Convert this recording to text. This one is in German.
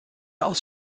aus